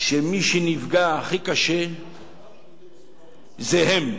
שמי שנפגע הכי קשה זה הם.